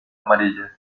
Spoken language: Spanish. amarillas